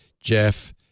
Jeff